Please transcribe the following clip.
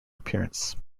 appearance